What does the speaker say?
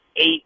eight